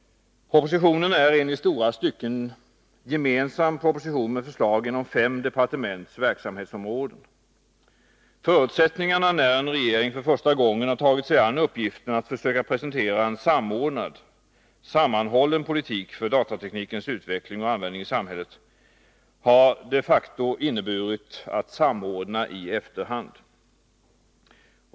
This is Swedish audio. Propositionen är en i stora stycken gemensam proposition med förslag inom fem departements verksamhetsområden. När en regering nu för första gången har tagit sig an uppgiften att försöka presentera en samordnad, sammanhållen politik för datateknikens utveckling och användning i samhället, har förutsättningarna de facto inneburit att man fått samordna i efterhand.